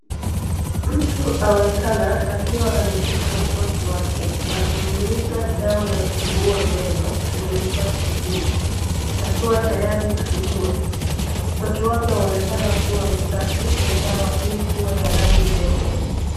Mtu aonekana akiwa ameshika mswaki wake na kunyunyuiza dawa ya kusugua meno kwenye mswaki huu. Akiwa tayari kusugua. Mswaki wake waonekana ukiwa msafi na dawa hii kuwa ya rangi nyeupe.